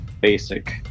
basic